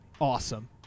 awesome